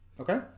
okay